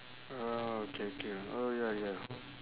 okay K orh ya ya